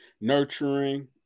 nurturing